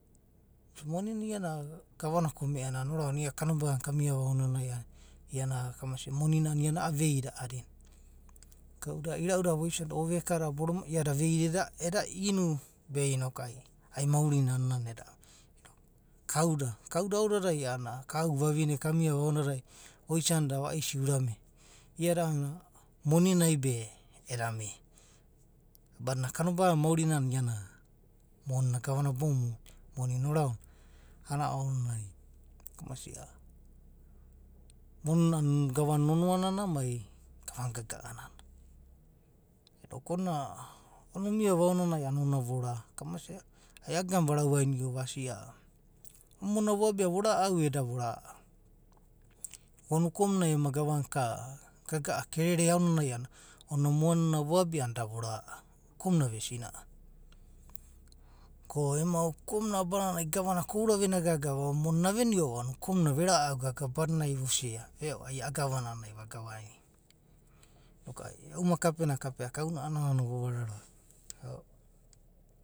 Moni na iana gavana komeanana ia kanobaganai kauiava aonanai ana kamasia moni na iana e’a veida a’adina. Kau da irau dada voisanda, oveka da, boroma da, iada veida eda inu be inoku ai maurina annana eda abia, kauda. Kauda odadai a’anana, kau, vavine kamiava aonanai voisanida, vaisi, urame iada ana moni nai be wd amia badinana kanobagana maurinana iana mon’a gava na bounana monina oraonava, a’anana ounanai mon’na gava na nonoane mai gava na gaga arara. Noku ona, ona omiava aonanai a’anana ona vora, kamasia ai iagana varauainio vasia, mon’na voabia vora’au da vo ra’au. Ona uko munai gavana ka gaga’a kerere aonanai ona monina voabia a'anana da vora’u uko muna vesina’a, ko enma uko muna abanarai gavana ka oura vena gaga aonanai aveniova a’ananai, uko muna ve ra’au gaga badinana vosia ai, a. a gava na a’anana vage venia ai e’u makape na kapea kauna’anana no vava roa.